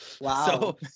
Wow